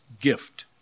gift